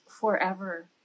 forever